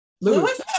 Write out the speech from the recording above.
Lewis